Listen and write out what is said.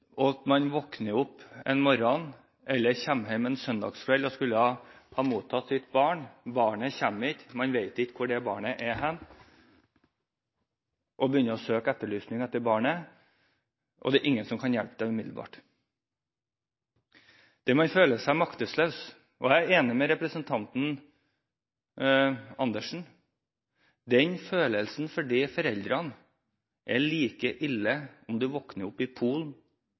og skulle ha mottatt sitt barn og barnet ikke kommer. Man vet ikke hvor barnet er, og begynner å etterlyse det, men det er ingen som kan hjelpe deg umiddelbart. Da må en føle seg maktesløs. Jeg er enig med representanten Andersen – følelsen hos de foreldrene er like ille om de våkner opp i Polen